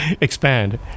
expand